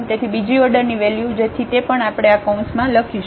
તેથી બીજી ઓર્ડરની વેલ્યુ જેથી તે પણ આપણે આ કૌંસમાં લખીશું